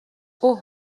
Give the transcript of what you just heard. اوه